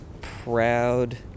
proud